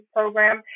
Program